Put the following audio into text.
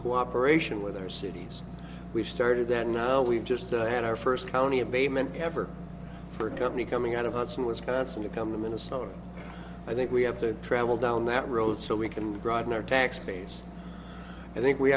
cooperation with other cities we've started then we've just had our first county abatement ever for a company coming out of us in wisconsin to come to minnesota i think we have to travel down that road so we can broaden our tax base i think we